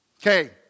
Okay